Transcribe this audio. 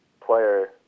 player